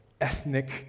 ethnic